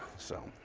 so.